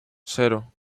cero